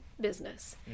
business